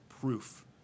proof